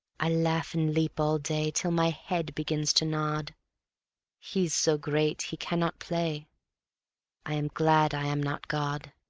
i laugh and leap all day, till my head begins to nod he's so great, he cannot play i am glad i am not god.